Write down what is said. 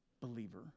believer